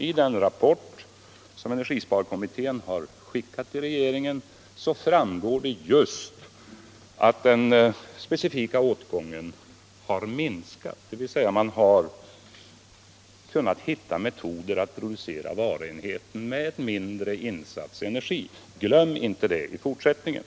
Av den rapport som energisparkommittén har skickat till regeringen framgår det just att den specifika åtgången har minskat, dvs. man har kunnat hitta metoder att producera varuenheten med en mindre insats av energi. Glöm inte det i fortsättningen!